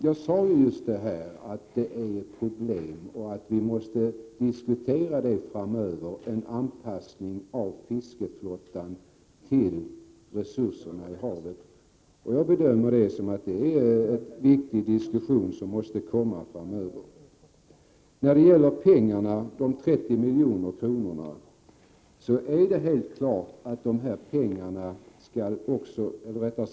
Jag har ju sagt att det föreligger ett problem vad gäller anpassningen av fiskeflottan till resurserna i havet och att vi måste diskutera detta framöver. Jag bedömer det vara en viktig diskussion som måste föras. När det gäller de 30 miljoner kronorna måste man även tänka på konsumenterna.